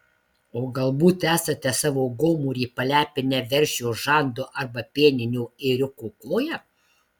o galbūt esate savo gomurį palepinę veršio žandu arba pieninio ėriuko koja